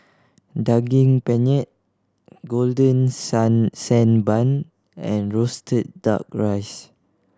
Daging Penyet golden sand sand bun and roasted Duck Rice